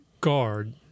guard